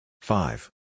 Five